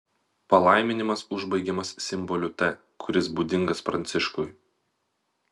palaiminimas užbaigiamas simboliu t kuris būdingas pranciškui